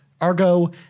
Argo